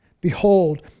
Behold